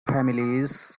families